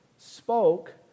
spoke